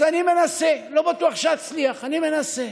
אני מנסה, לא בטוח שאצליח, אני מנסה,